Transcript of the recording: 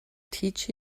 teach